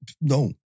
No